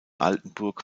altenburg